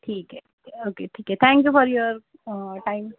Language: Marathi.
ठीक आहे ओके ठीक आहे थँक्यू फॉर युवर टाईम